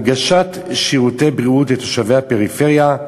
הנגשת שירותי בריאות לתושבי הפריפריה,